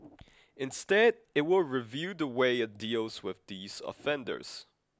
instead it will review the way it deals with these offenders